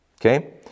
okay